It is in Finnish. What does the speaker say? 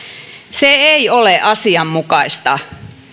se ei ole asianmukaista